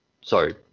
Sorry